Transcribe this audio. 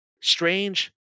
strange